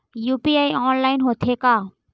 UPI online होथे का?